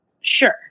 Sure